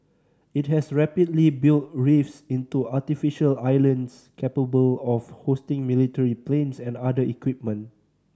it has rapidly built reefs into artificial islands capable of hosting military planes and other equipment